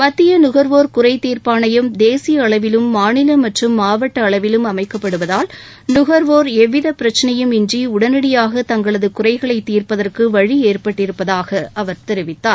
மத்திய நுகர்வோர் குறை தீர்ப்பாணையம் தேசிய அளவிலும் மாநில மற்றும் மாவட்ட அளவிலும் அமைக்கப்படுவதால் நுகர்வோர் எவ்விதப் பிரக்சினையும் இன்றி உடனடியாக தங்களது குறைகளைத் தீர்ப்பதற்கு வழி ஏற்பட்டிருப்பதாக அவர் தெரிவித்தார்